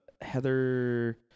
Heather